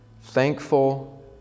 thankful